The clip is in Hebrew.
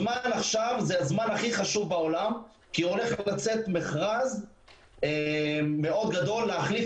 הזמן עכשיו זה הזמן הכי חשוב בעולם כי הולך לצאת מכרז מאוד גדול להחליף